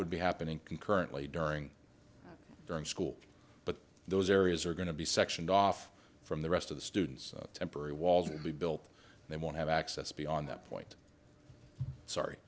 would be happening concurrently during during school but those areas are going to be sectioned off from the rest of the students temporary walls will be built they won't have access beyond that point